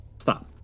Stop